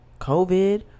COVID